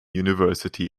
university